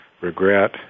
regret